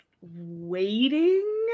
waiting